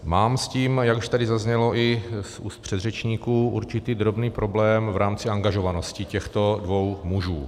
Mám s tím, jak už tady zaznělo i z úst předřečníků, určitý drobný problém v rámci angažovanosti těchto dvou mužů.